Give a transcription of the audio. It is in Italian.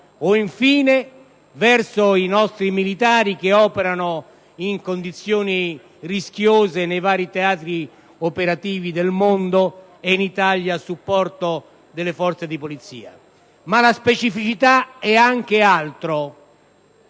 o, infine, verso i nostri militari che operano in condizioni rischiose nei vari teatri operativi del mondo e in Italia a supporto delle Forze di polizia. Ma la specificità è anche altro.